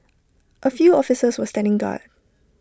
A few officers were standing guard